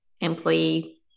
employee